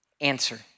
Answer